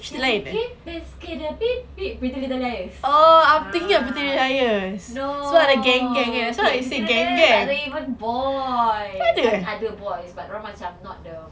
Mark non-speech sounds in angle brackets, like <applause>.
skaters <noise> pretty liars ah no pretty liars tak ada boys actually ada boys but dia orang macam not